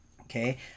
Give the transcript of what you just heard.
okay